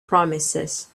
promises